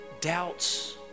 doubts